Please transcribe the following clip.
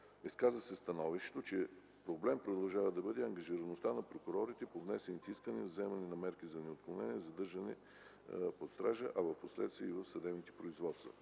Изказа се становището, че проблем продължава да бъде ангажираността на прокурорите по внесените искания за вземане на мерки за неотклонение „Задържане под стража”, а в последствие и в съдебните производства.